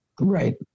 Right